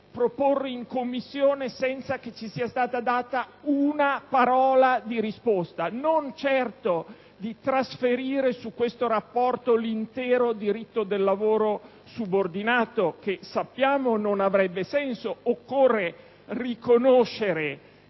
proporre in Commissione, senza che ci sia stata data una parola di risposta, non è stato certo di trasferire su questo rapporto l'intero diritto del lavoro subordinato: sappiamo che questo non avrebbe senso. Occorre però riconoscere